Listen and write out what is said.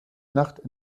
nacht